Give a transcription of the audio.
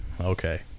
Okay